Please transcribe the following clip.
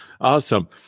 awesome